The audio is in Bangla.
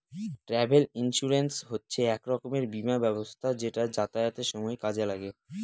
ট্রাভেল ইন্সুরেন্স হচ্ছে এক রকমের বীমা ব্যবস্থা যেটা যাতায়াতের সময় কাজে লাগে